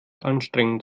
anstrengend